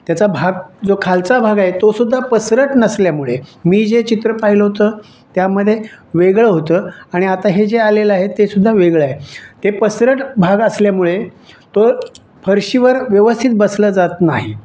त्याचा भाग जो खालचा भाग आहे तो सुद्धा पसरट नसल्यामुळे मी जे चित्र पाहिलं होतं त्यामध्ये वेगळं होतं आणि आता हे जे आलेलं आहे ते सुद्धा वेगळं आहे ते पसरट भाग असल्यामुळे तो फरशीवर व्यवस्थित बसला जात नाही